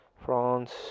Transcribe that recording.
France